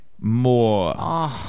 more